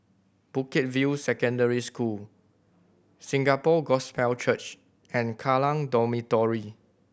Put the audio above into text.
Bukit View Secondary School Singapore Gospel Church and Kallang Dormitory